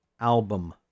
album